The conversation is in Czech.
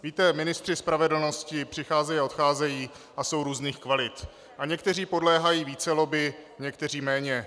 Víte, ministři spravedlnosti přicházejí a odcházejí a jsou různých kvalit a někteří podléhají více lobby, někteří méně.